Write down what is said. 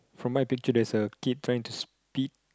from my picture there's a kid trying to spit